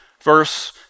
verse